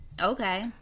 Okay